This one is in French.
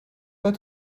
pas